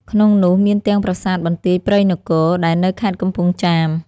ក្នុងនោះ មានទាំងប្រាសាទបន្ទាយព្រៃនគរ ដែលនៅខេត្តកំពង់ចាម។